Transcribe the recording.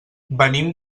venim